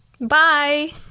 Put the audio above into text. Bye